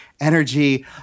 energy